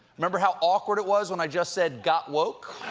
remember how awkward it was when i just said got woke?